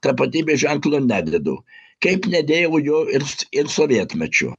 tapatybės ženklo nededu kaip nedėjau jo ir ir sovietmečiu